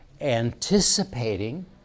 anticipating